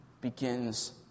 begins